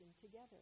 together